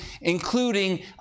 including